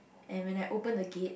and when I open the gate